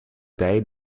day